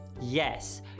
Yes